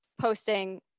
posting